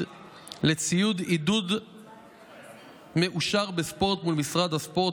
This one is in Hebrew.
לציוד עידוד מאושר בספורט מול משרד הספורט,